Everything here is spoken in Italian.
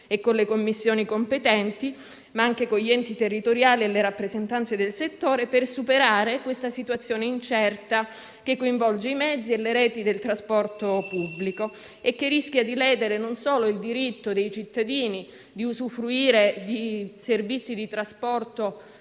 e con le Commissioni competenti, ma anche con gli enti territoriali e le rappresentanze del settore, per superare questa situazione incerta, che coinvolge i mezzi e le reti del trasporto pubblico e che rischia non solo di ledere il diritto dei cittadini di usufruire di servizi di trasporto